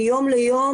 מיום ליום,